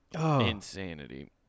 Insanity